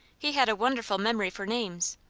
he had a wonderful memory for names,